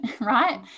Right